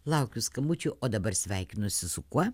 laukiu skambučių o dabar sveikinosi su kuo